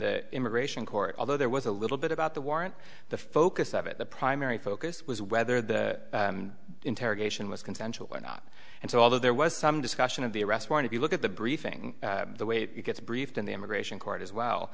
the immigration court although there was a little bit about the warrant the focus of it the primary focus was whether the interrogation was consensual or not and so although there was some discussion of the arrest warrant if you look at the briefing the way it gets briefed in the immigration court as well